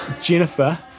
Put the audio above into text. Jennifer